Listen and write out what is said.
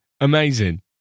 Amazing